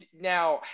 Now